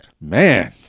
Man